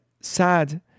sad